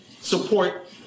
support